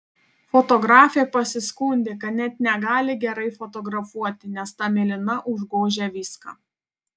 fotografė pasiskundė kad net negali gerai fotografuoti nes ta mėlyna užgožia viską